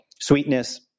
sweetness